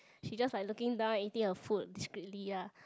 she just like looking down and eating her food discretely lah